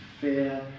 fear